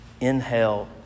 inhale